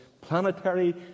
planetary